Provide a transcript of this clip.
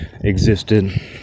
existed